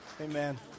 Amen